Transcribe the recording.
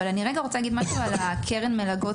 אני רוצה להגיד משהו על קרן המלגות,